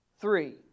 Three